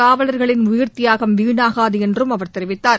காவலர்களின் உயிர் தியாகம் வீணாகாது என்றும் அவர் தெரிவித்தார்